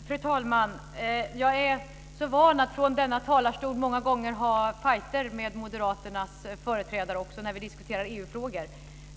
Fru talman! Jag är van att från denna talarstol ha fighter med Moderaternas företrädare också när vi diskutera EU-frågor.